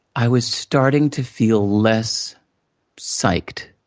i was starting to feel less psyched.